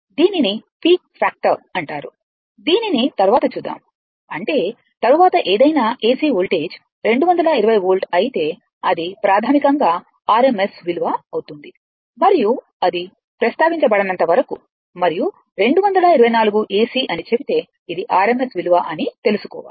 దీనిని peak factor అంటారు దీనిని తర్వాత చూద్దాము అంటే తరువాత ఏదైనా ఎసి వోల్టేజ్ 220 వోల్ట్ అయితే అది ప్రాథమికంగా RMS విలువ అవుతుంది మరియు అది ప్రస్తావించబడనంత వరకు మరియు 224 ఎసి అని చెబితే ఇది RMS విలువ అని అనుకోవాలి